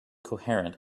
coherent